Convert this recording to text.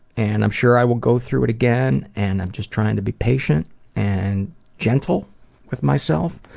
and i'm sure i will go through it again, and i'm just trying to be patient and gentle with myself,